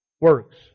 works